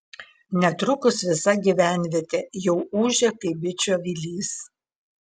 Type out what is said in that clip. netrukus visa gyvenvietė jau ūžė kaip bičių avilys